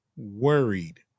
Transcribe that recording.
worried